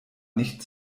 nicht